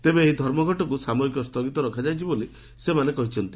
ତେବେ ଏହି ଧର୍ମଘଟକୁ ସାମୟିକ ସ୍ଥୁଗିତ ରଖାଯାଇଛି ବୋଲି ସେମାନେ କହିଛନ୍ତି